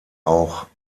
auch